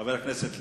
חבר הכנסת ליצמן,